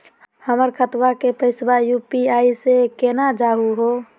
हमर खतवा के पैसवा यू.पी.आई स केना जानहु हो?